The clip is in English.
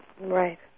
Right